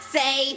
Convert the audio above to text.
say